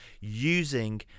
using